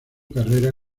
carrera